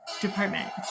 Department